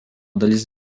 dalis